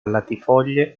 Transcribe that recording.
latifoglie